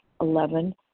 Eleven